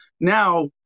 now